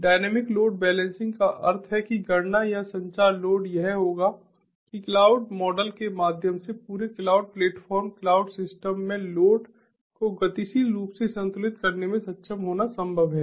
dynamic load balancing का अर्थ है कि गणना या संचार लोड यह होगा कि क्लाउड मॉडल के माध्यम से पूरे क्लाउड प्लेटफॉर्म क्लाउड सिस्टम में लोड को गतिशील रूप से संतुलित करने में सक्षम होना संभव है